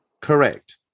Correct